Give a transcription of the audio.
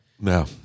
No